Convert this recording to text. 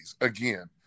again